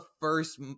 first